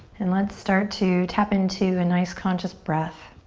and let's start to tap into a nice conscious breath.